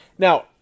Now